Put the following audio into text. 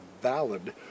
valid